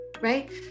Right